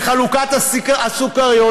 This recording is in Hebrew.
וחלוקת הסוכריות,